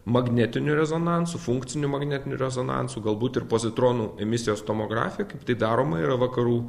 magnetiniu rezonansu funkciniu magnetiniu rezonansu galbūt ir pozitronų emisijos tomografija kaip tai daroma yra vakarų